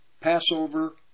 Passover